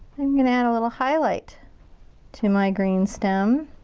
i'm gonna add a little highlight to my green stem.